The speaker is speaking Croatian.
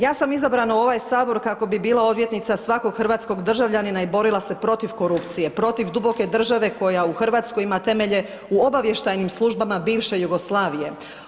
Ja sam izabrana u ovaj Sabor kako bih bila odvjetnica svakog hrvatskog državljanina i borila se protiv korupcije, protiv duboke države koja u Hrvatskoj ima temelje u obavještajnim službama bivše Jugoslavije.